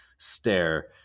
stare